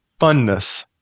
funness